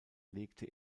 legte